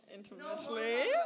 Internationally